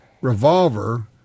revolver